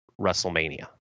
WrestleMania